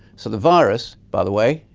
so the virus, by the way,